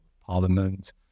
parliament